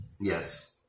Yes